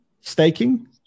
staking